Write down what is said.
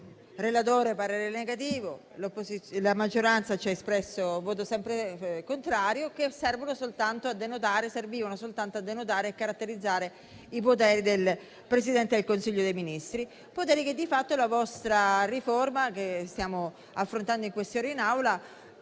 espresso parere negativo e la maggioranza ha espresso un voto sempre contrario. Servivano soltanto a denotare e a caratterizzare i poteri del Presidente del Consiglio dei ministri, che di fatto la vostra riforma, che stiamo affrontando in queste ore in Aula,